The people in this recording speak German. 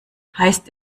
heißt